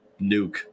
nuke